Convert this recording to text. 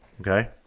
okay